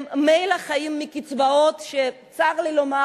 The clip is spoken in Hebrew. הם ממילא חיים מקצבאות שצר לי לומר,